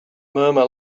murmur